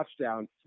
touchdown